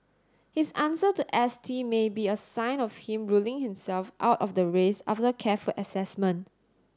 his answer to S T may be a sign of him ruling himself out of the race after careful assessment